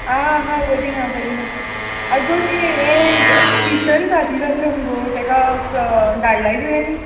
आं हां बरी हां बरीं हां आगो तें हें टूशन क्लासिस आसल्यो मगो तेका धाडलाय तुयेन